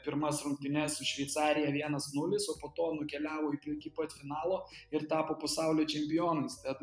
pirmas rungtynes su šveicarija vienas nulis o po to nukeliavo iki iki pat finalo ir tapo pasaulio čempionais tad